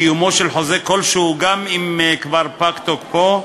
קיומו של חוזה כלשהו, גם אם כבר פג תוקפו,